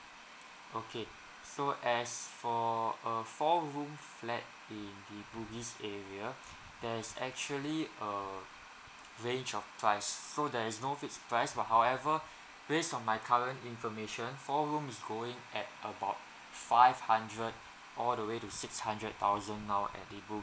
okay so as for a four room flat in the bugis area there's actually a range of price so there is no fixed price but however based on my current information four room is going at about five hundred all the way to six hundred thousand now at the bugis